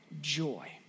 joy